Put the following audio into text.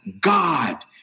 God